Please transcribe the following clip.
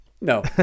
No